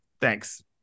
Thanks